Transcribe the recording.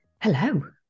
Hello